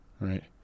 right